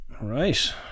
Right